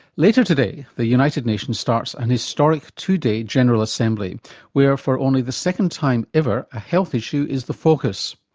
later today the united nations starts a and historic two day general assembly where for only the second time ever a health issue is the focus.